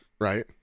right